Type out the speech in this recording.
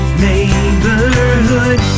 neighborhood